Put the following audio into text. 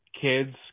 kids